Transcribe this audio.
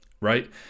right